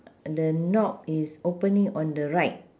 the knob is opening on the right